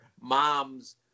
mom's